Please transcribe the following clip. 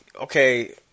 okay